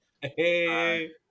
Hey